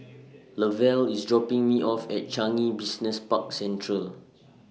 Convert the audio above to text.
Lavelle IS dropping Me off At Changi Business Park Central